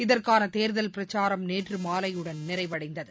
இதற்கான தேர்தல் பிரச்சாரம் நேற்று மாலையுடன் நிறைவடைந்தது